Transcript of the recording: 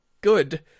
good